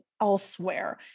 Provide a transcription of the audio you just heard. elsewhere